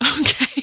Okay